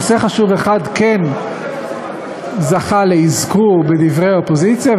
נושא חשוב אחד כן זכה לאזכור בדברי האופוזיציה,